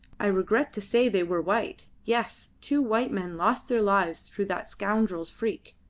i regret to say they were white. yes, two white men lost their lives through that scoundrel's freak.